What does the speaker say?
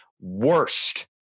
worst